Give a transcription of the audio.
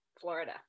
Florida